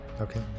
Okay